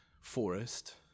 forest